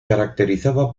caracterizaba